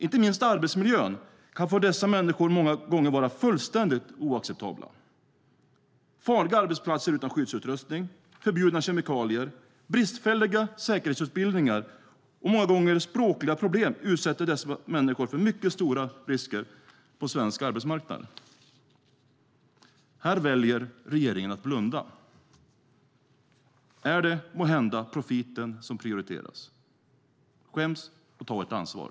Inte minst arbetsmiljön kan för dessa människor många gånger vara fullständigt oacceptabel. Farliga arbetsplatser utan skyddsutrustning, förbjudna kemikalier, bristfälliga säkerhetsutbildningar och många gånger språkliga problem utsätter dessa människor för mycket stora risker på svensk arbetsmarknad. Här väljer regeringen att blunda. Är det måhända profiten som prioriteras? Skäms och ta ert ansvar!